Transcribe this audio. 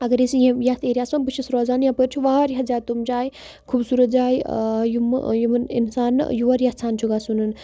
اگر أسۍ یہِ یَتھ ایریاہَس منٛز بہٕ چھس روزان یَپٲرۍ چھُ واریاہ زیادٕ تِم جایہِ خوٗبصوٗرت جایہِ یِمہٕ یِمَن اِنسان نہٕ یور یَژھان چھُ گژھُن